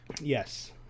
yes